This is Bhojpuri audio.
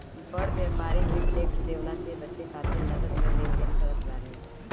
बड़ व्यापारी भी टेक्स देवला से बचे खातिर नगद में लेन देन करत बाने